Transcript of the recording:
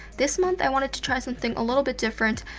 this month i wanted to try something a little bit different.